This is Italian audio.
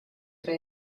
tra